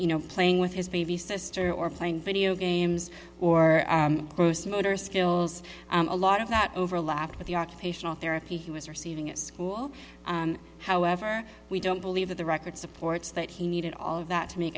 you know playing with his baby sister or playing video games or gross motor skills a lot of not overlap with the occupational therapy he was receiving at school however we don't believe that the record supports that he needed all of that to m